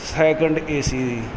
second A C the